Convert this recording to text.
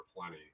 plenty